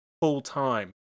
full-time